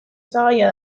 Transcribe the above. osagaia